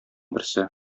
берсе